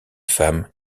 femme